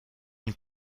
une